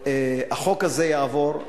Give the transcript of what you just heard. החוק הזה יעבור.